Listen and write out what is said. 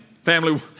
family